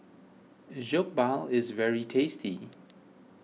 Jokbal is very tasty